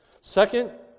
Second